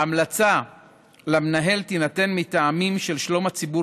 ההמלצה למנהל תינתן מטעמים של שלום הציבור